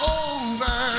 over